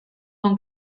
con